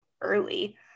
early